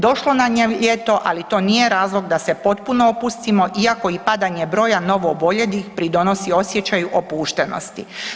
Došlo nam je ljeto, ali to nije razlog da se potpuno opustimo iako i padanje broja novooboljelih pridonosi osjećaju opuštenosti.